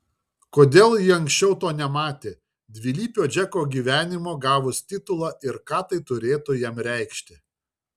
kodėl ji anksčiau to nematė dvilypio džeko gyvenimo gavus titulą ir ką tai turėtų jam reikšti